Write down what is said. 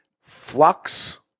Flux